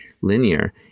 linear